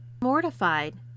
mortified